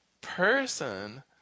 person